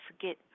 forget